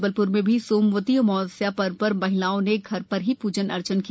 जबलप्र में भी सोमवती अमावस्या पर्व पर महिलाओं ने घर पर ही पूजन अर्चन किया